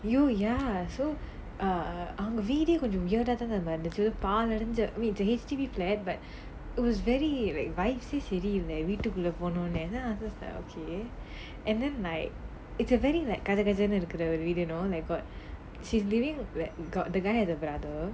so ya so uh அவங்க வீடே:avanga veedae wierd ah தான் இருந்துச்சி பாழடைஞ்ச:thaan irunthuchi paaladainja the H_D_B flat but it was very like vibes eh சரி இல்ல வீட்டுக்குள்ள போனானே:sari illa veetukulla pononae then I was just like okay and then like it's a very like கஜ கஜ:gaja gaja you know like got she's living like got the guy and the brother